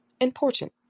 important